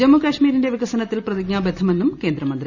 ജമ്മു കാശ്മീരിന്റെ വികസനത്തിൽ പ്രതിജ്ഞാബദ്ധമെന്നും കേന്ദ്രമന്തി